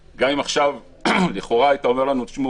גם אם עכשיו לכאורה היית אומר לנו: תשמעו,